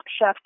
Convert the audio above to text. Chef